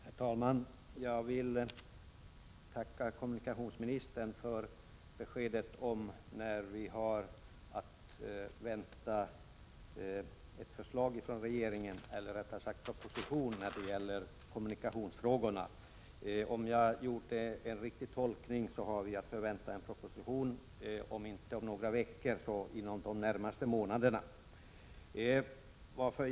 Herr talman! Jag vill tacka kommunikationsministern för beskedet om när vi kan vänta regeringens proposition när det gäller kommunikationsfrågor. Om jag har gjort en riktig tolkning har vi en proposition att förvänta oss, om inte inom några veckor så inom de närmaste månaderna.